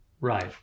Right